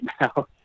now